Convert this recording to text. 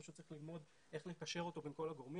פשוט צריך ללמוד איך לקשר אותו בין כל הגורמים,